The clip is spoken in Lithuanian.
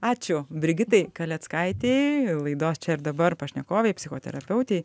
ačiū brigitai kaleckaitei laidos čia ir dabar pašnekovei psichoterapeutei